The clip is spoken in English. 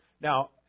Now